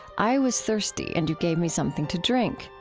i was thirsty and you gave me something to drink.